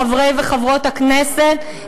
חברי וחברות הכנסת,